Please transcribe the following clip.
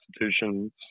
institutions